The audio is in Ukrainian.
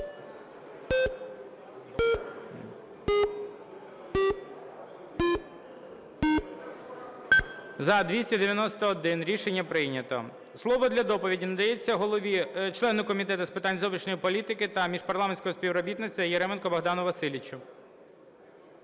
За-291 Рішення прийнято. Слово для доповіді надається голові... члену Комітету з питань зовнішньої політики та міжпарламентського співробітництва Яременку Богдану Васильовичу.